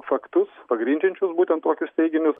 faktus pagrindžiančius būtent tokius teiginius